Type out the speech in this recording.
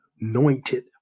anointed